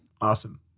Awesome